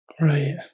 Right